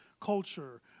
culture